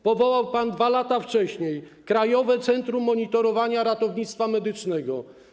Powołał pan 2 lata wcześniej Krajowe Centrum Monitorowania Ratownictwa Medycznego.